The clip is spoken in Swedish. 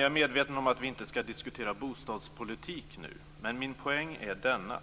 Jag är medveten om att vi nu inte skall diskutera bostadspolitik, men min poäng är denna: